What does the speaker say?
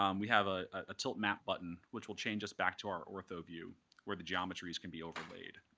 um we have a tilt map button which will change this back to our ortho view where the geometries can be overlaid.